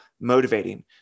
motivating